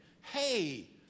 Hey